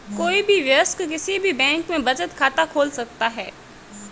कोई भी वयस्क किसी भी बैंक में बचत खाता खोल सकता हैं